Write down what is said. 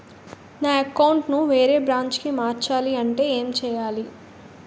నా అకౌంట్ ను వేరే బ్రాంచ్ కి మార్చాలి అంటే ఎం చేయాలి?